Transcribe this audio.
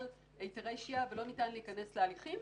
היתרי שהייה ולא ניתן להיכנס להליכים.